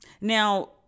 Now